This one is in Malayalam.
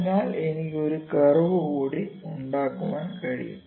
അതിനാൽ എനിക്ക് ഒരു കർവ് കൂടി ഉണ്ടാക്കാൻ കഴിയും